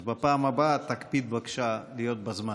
אז בפעם הבאה תקפיד בבקשה להיות בזמן.